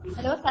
Hello